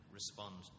respond